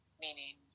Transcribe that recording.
Meaning